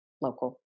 local